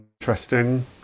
interesting